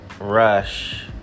rush